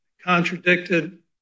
contradicted